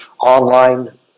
online